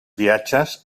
viatges